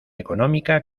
económica